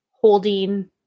holding